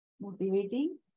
motivating